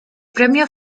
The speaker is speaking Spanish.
premio